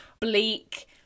bleak